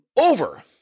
over